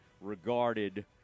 regarded